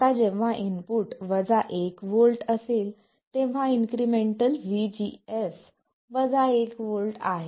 आता जेव्हा input 1 V असेल तेव्हा इन्क्रिमेंटल vGS 1 V आहे